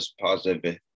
positive